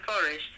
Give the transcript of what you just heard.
Forest